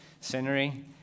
scenery